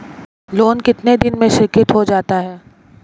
Loan कितने दिन में स्वीकृत हो जाता है?